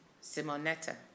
Simonetta